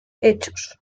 hechos